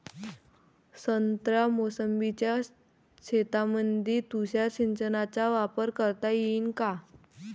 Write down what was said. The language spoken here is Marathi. संत्रा मोसंबीच्या शेतामंदी तुषार सिंचनचा वापर करता येईन का?